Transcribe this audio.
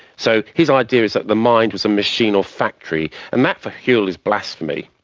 so his idea is that the mind was a machine or factory, and that for whewell is blasphemy.